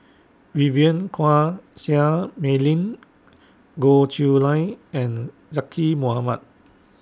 Vivien Quahe Seah Mei Lin Goh Chiew Lye and Zaqy Mohamad